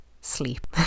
sleep